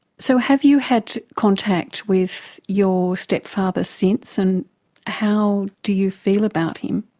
so have you had contact with your stepfather since, and how do you feel about him?